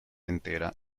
entera